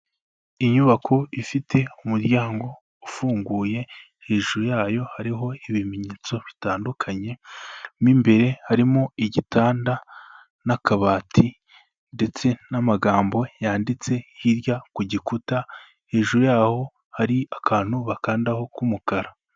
Inyubako ifite umuryango ufunguye, hejuru yayo hariho ibimenyetso bitandukanye, mo imbere harimo igitanda n'akabati ndetse n'amagambo yanditse hirya ku gikuta, hejuru yaho, hari akantu bakandaho k'umukara.